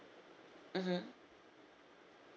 mmhmm